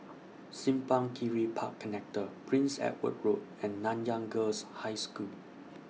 Simpang Kiri Park Connector Prince Edward Road and Nanyang Girls' High School